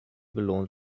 belohnt